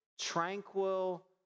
tranquil